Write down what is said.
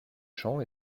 champs